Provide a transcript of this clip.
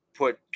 Put